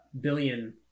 billion